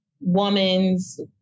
woman's